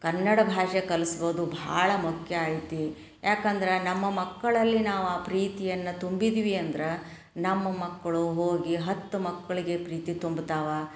ಕನ್ನಡ ಭಾಷೆ ಕಲ್ಸೋದು ಭಾಳ ಮುಖ್ಯ ಐತಿ ಯಾಕಂದ್ರೆ ನಮ್ಮ ಮಕ್ಕಳಲ್ಲಿ ನಾವು ಆ ಪ್ರೀತಿಯನ್ನು ತುಂಬಿದ್ವಿ ಅಂದ್ರೆ ನಮ್ಮ ಮಕ್ಕಳು ಹೋಗಿ ಹತ್ತು ಮಕ್ಕಳಿಗೆ ಪ್ರೀತಿ ತುಂಬ್ತಾವೆ